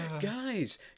Guys